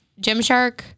Gymshark